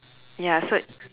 ya so